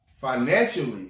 financially